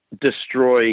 destroy